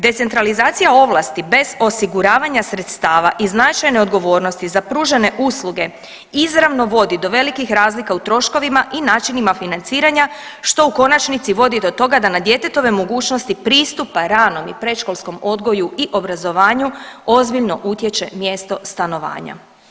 Decentralizacija ovlasti bez osiguravanja sredstava i značajne odgovornosti za pružene usluge izravno vodi do velikih razlika u troškovima i načinima financiranja, što u konačnici vodi do toga da na djetetove mogućnosti pristupa ranom i predškolskom odgoju i obrazovanju ozbiljno utječe mjesto stanovanja.